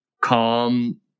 calm